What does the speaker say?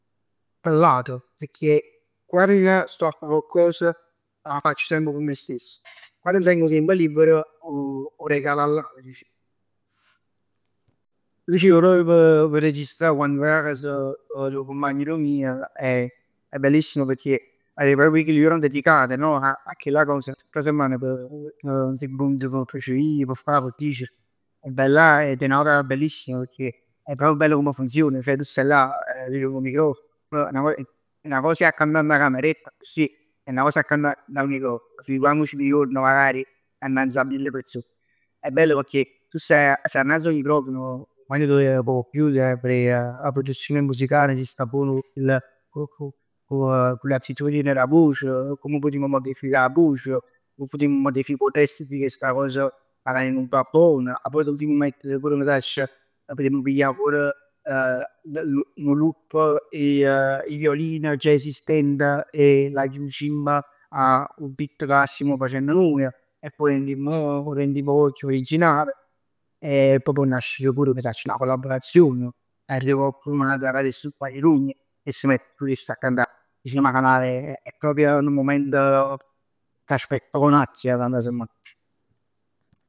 P' l'ate. Pecchè quann facc coccos 'a facc semp p' me stess. Quann tengo 'o tiemp libero 'o regal a l'ate dicimm. Dicev proprio p' registrà quann vag 'a cas d' 'o compagn d' 'o mij è, è bellissimo pecchè è proprio una 'e chelli jurnat dedicate no? A chella cos, p' fa, p' dicere e vai là e è proprio bellissimo. È proprio bello comm funzion. Ceh tu stai là e viv cu 'o microfono. 'Na cosa è a cantà dint 'a cameretta accussì e 'na cosa è 'a cantà dint 'o microfono. Figurammic chilli juorn magari annanz a mille person. È bello pecchè tu stai, stai annanz 'o microfono e 'o cumpagn tuoj pò t'aiut a verè 'a produzione musicale si sta buon cu 'o, cu 'o, cu 'o le altitudini d' 'a voce. Come putimm modificà 'a voce, come putimm modificà 'o testo p' sta cos e si è venuta bon. Ma pò putimm mettere pur che ne sacc, putimm piglià pur nu loop e 'e violin già esistent e 'o riducimm 'o beat ca stamm facenn nuje. E poj 'o rendimm nu poc chiù originale e pò può nascere pur 'na collaborazione che ne sacc. Arriv cocchidun da n'ata radio e si occupa 'e e s' mett pur iss a cantà. Dicimm che è proprj nu mumento che aspetto con ansia.